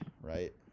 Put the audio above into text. right